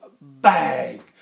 Bang